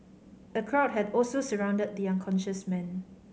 a crowd had also surrounded the unconscious man